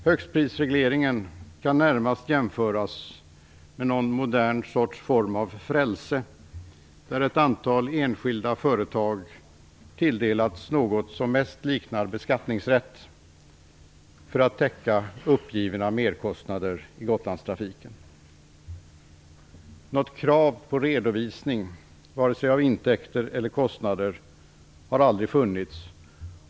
Högstprisregleringen kan närmast jämföras med någon modern sorts form av frälse, där ett antal enskilda företag tilldelats något som mest liknar beskattningsrätt för att täcka uppgivna merkostnader i Gotlandstrafiken. Något krav på redovisning av kostnader och intäkter har aldrig funnits.